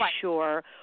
sure